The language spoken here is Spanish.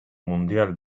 mundial